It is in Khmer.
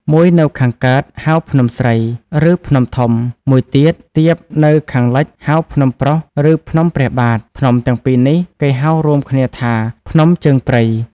មួយនៅខាងកើត ហៅ ភ្នំស្រី ឬ ភ្នំធំ, មួយទៀត ទាបនៅខាងលិច ហៅ ភ្នំប្រុស ឬ ភ្នំព្រះបាទ, ភ្នំទាំងពីរនេះ គេហៅរួមគ្នាថា "ភ្នំជើងព្រៃ"